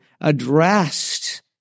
addressed